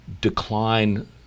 decline